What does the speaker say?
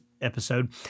episode